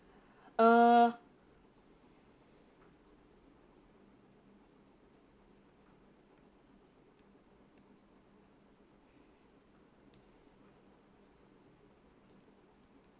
err